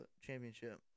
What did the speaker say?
championship